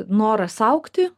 noras augti